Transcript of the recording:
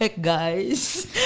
guys